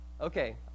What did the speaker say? okay